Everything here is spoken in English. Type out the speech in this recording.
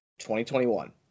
2021